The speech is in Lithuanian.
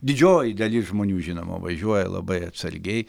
didžioji dalis žmonių žinoma važiuoja labai atsargiai